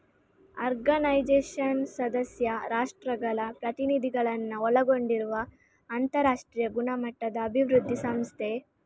organisation ಸದಸ್ಯ ರಾಷ್ಟ್ರಗಳ ಪ್ರತಿನಿಧಿಗಳನ್ನ ಒಳಗೊಂಡಿರುವ ಅಂತರಾಷ್ಟ್ರೀಯ ಗುಣಮಟ್ಟದ ಅಭಿವೃದ್ಧಿ ಸಂಸ್ಥೆ